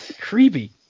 Creepy